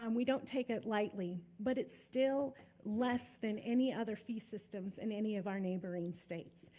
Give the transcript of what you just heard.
um we don't take it lightly. but it's still less than any other fee systems in any of our neighboring states.